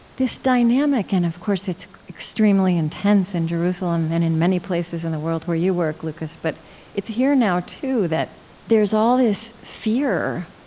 this dynamic and of course, it's extremely intense in jerusalem, and in many places in the world where you work, lucas, but it's here now too, that there's all this fear